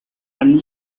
and